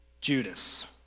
Judas